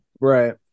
Right